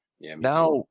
now